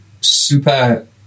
super